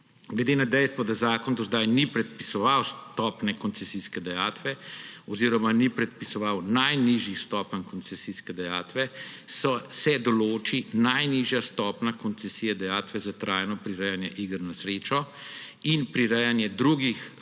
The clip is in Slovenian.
Glede na dejstvo, da zakon do zdaj ni predpisoval stopnje koncesijske dajatve oziroma ni predpisoval najnižjih stopenj koncesijske dajatve, se določi najnižja stopnja koncesije dajatve za trajno prirejanje iger na srečo in prirejanje drugih